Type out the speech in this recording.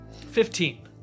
Fifteen